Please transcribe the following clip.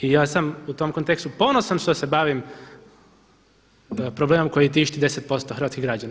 I ja sam u tom kontekstu ponosan što se bavim problemom koji tišti 10% hrvatskih građana.